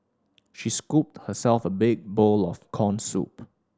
she scooped herself a big bowl of corn soup